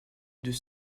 deux